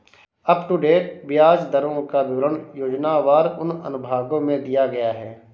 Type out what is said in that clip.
up to date ब्याज दरों का विवरण योजनावार उन अनुभागों में दिया गया है